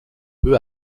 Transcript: peu